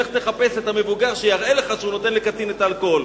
לך תחפש את המבוגר שיראה לך שהוא נותן לקטין את האלכוהול.